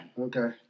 okay